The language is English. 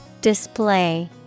Display